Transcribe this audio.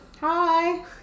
Hi